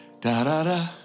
da-da-da